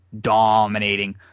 dominating